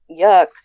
yuck